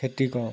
খেতি কৰোঁ